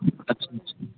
اچھا اچھا